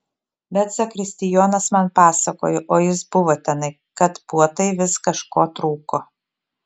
bet zakristijonas man pasakojo o jis buvo tenai kad puotai vis kažko trūko